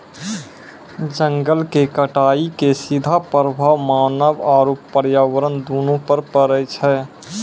जंगल के कटाइ के सीधा प्रभाव मानव आरू पर्यावरण दूनू पर पड़ै छै